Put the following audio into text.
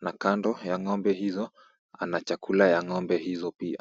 na kando ya ng'ombe hizo ana chakula ya ng'ombe hizo pia